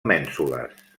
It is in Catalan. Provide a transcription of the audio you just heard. mènsules